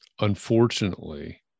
Unfortunately